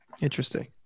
Interesting